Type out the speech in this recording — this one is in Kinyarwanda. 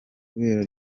muri